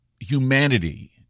humanity